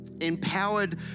empowered